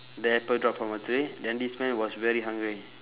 the apple drop from the tree then this man was very hungry